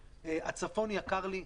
הצפון יקר לי.